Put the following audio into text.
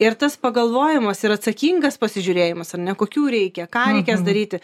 ir tas pagalvojimas ir atsakingas pasižiūrėjimas ar ne kokių reikia ką reikės daryti